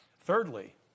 Thirdly